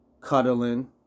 cuddling